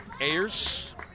Ayers